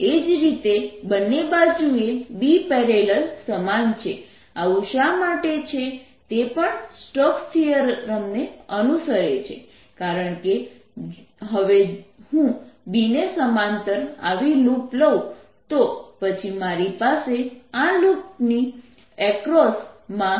એ જ રીતે બંને બાજુએ B || સમાન છે આવું શા માટે છે તે પણ સ્ટોક્સ થીયરમને અનુસરે છે કારણકે જો હવે હું B ને સમાંતર આવી લૂપ લઉં તો પછી મારી પાસે આ લૂપની એક્રોસ માં B